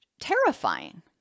terrifying